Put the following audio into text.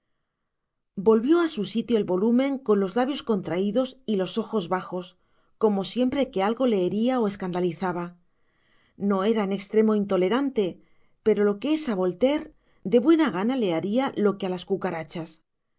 volvió a su sitio el volumen con los labios contraídos y los ojos bajos como siempre que algo le hería o escandalizaba no era en extremo intolerante pero lo que es a voltaire de buena gana le haría lo que a las cucarachas